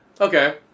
Okay